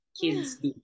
kids